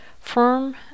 Firm